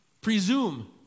Presume